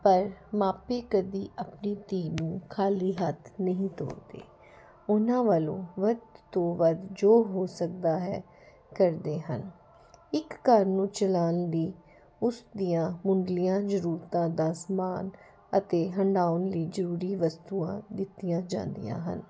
ਪਰ ਮਾਪੇ ਕਦੇ ਆਪਣੀ ਧੀ ਨੂੰ ਖਾਲੀ ਹੱਥ ਨਹੀਂ ਤੋਰਦੇ ਉਹਨਾਂ ਵੱਲੋਂ ਵੱਧ ਤੋਂ ਵੱਧ ਜੋ ਹੋ ਸਕਦਾ ਹੈ ਕਰਦੇ ਹਨ ਇਕ ਘਰ ਨੂੰ ਚਲਾਉਣ ਲਈ ਉਸ ਦੀਆਂ ਮੁੱਢਲੀਆਂ ਜ਼ਰੂਰਤਾਂ ਦਾ ਸਮਾਨ ਅਤੇ ਹੰਢਾਉਣ ਲਈ ਜ਼ਰੂਰੀ ਵਸਤੂਆਂ ਦਿੱਤੀਆਂ ਜਾਂਦੀਆਂ ਹਨ